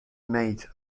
made